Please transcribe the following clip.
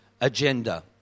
agenda